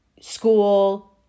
school